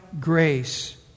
grace